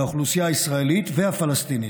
לאוכלוסייה הישראלית והפלסטינית.